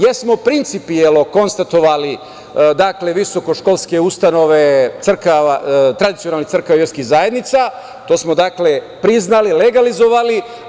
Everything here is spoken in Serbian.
Jesmo principijelno konstatovali visoko školske ustanove tradicionalnih crkava i verskih zajednica, to smo priznali, legalizovali.